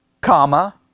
Comma